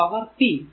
പിന്നെ power p